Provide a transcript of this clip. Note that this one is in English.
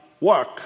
work